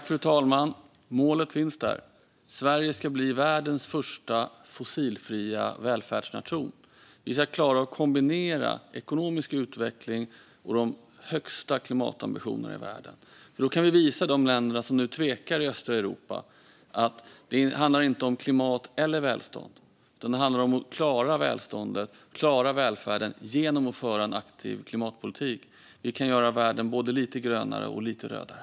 Fru talman! Målet finns där: Sverige ska bli världens första fossilfria välfärdsnation. Vi ska klara att kombinera ekonomisk utveckling med de högsta klimatambitionerna i världen. Då kan vi nämligen visa de länder i östra Europa som nu tvekar att det inte handlar om att välja mellan klimat och välstånd utan om att klara välståndet och välfärden genom att föra en aktiv klimatpolitik. Vi kan göra världen både lite grönare och lite rödare.